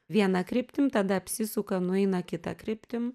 viena kryptim tada apsisuka nueina kita kryptim